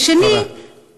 ושנית, תודה.